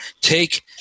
Take